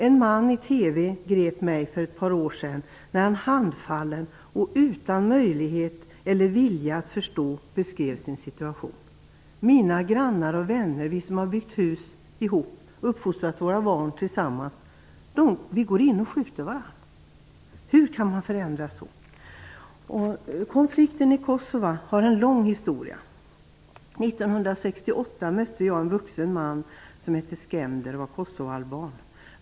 En man som häromåret framträdde i TV grep mig, när han handfallet och utan möjlighet eller vilja att förstå beskrev sin situation: Mina grannar och vänner, vi som har byggt hus ihop och uppfostrat våra barn tillsammans, går in och skjuter varandra. Hur kan man förändras så? Konflikten i Kosova har en lång historia. År 1968 mötte jag en vuxen man som hette Skender och som var kosovoalban.